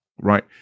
right